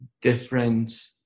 different